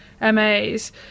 MAs